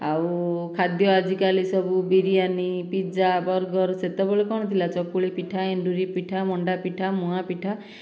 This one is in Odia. ଆଉ ଖାଦ୍ୟ ଆଜିକାଲି ସବୁ ବିରିୟାନୀ ପିଜ୍ଜା ବର୍ଗର ସେତେବେଳେ କ'ଣ ଥିଲା ଚକୁଳି ପିଠା ଏଣ୍ଡୁରି ପିଠା ମଣ୍ଡା ପିଠା ମୁଆଁ ପିଠା